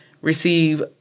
receive